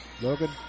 Logan